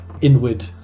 inward